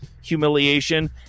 humiliation